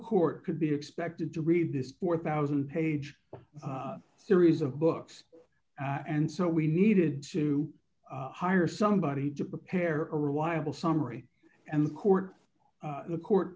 court could be expected to read this four thousand page series of books and so we needed to hire somebody to prepare a reliable summary and the court the court